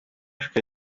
afurika